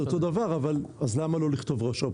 זה אותו דבר אז למה לא לכתוב "ראש האופוזיציה"?